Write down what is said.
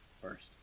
first